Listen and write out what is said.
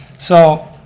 so,